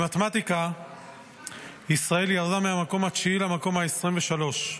במתמטיקה ישראל ירדה מהמקום התשיעי למקום ה-23,